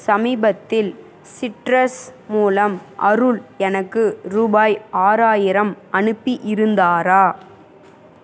சமீபத்தில் சிட்ரஸ் மூலம் அருள் எனக்கு ரூபாய் ஆறாயிரம் அனுப்பியிருந்தாரா